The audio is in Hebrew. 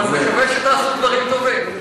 אבל מקווה שתעשו דברים טובים.